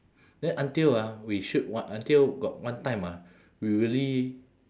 then until ah we shoot one until got one time ah we really